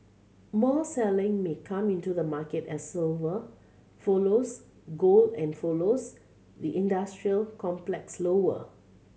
more selling may come into the market as silver follows gold and follows the industrial complex lower